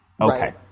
Okay